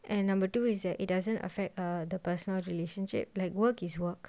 and number two is that it doesn't affect uh the personal relationship like work is work